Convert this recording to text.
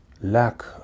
lack